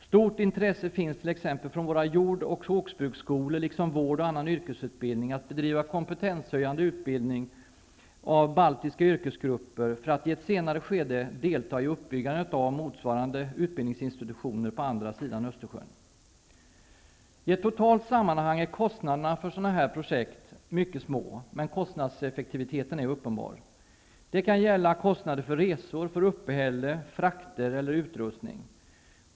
Stort intresse finns från t.ex. våra jord och skogsbruksskolor, liksom från vård och annan yrkesutbildning, att bedriva kompetenshöjande utbildning av baltiska yrkesgrupper för att i ett senare skede delta i uppbyggandet av motsvarande utbildningsinstitutioner på andra sidan Östersjön. I ett totalt sammanhang är kostnaderna för sådana projekt mycket små, men kostnadseffektiviteten är uppenbar. Det kan gälla kostnader för resor, uppehälle, frakter eller utrustning.